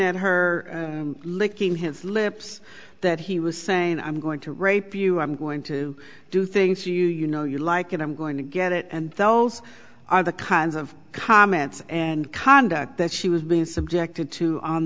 at her licking his lips that he was saying i'm going to rape you i'm going to do things you you know you like and i'm going to get it and those are the kinds of comments and conduct that she was being subjected to on